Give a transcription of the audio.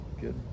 good